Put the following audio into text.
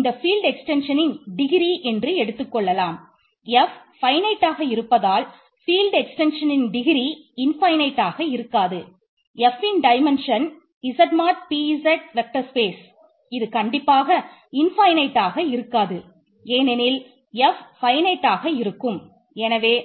rயை